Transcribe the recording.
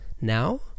now